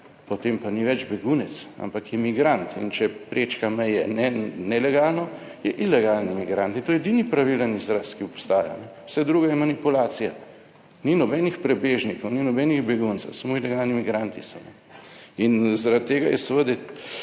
potem pa ni več begunec, ampak je migrant. In, če prečka meje nelegalno, je ilegalni migrant, in to je edini pravilen izraz, ki obstaja. Vse drugo je manipulacija. Ni nobenih prebežnikov, ni nobenih beguncev, samo ilegalni migranti so, in zaradi tega je seveda